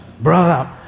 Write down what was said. brother